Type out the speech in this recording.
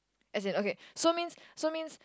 as in okay so means so means